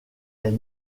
est